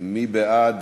מי בעד?